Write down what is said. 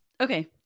Okay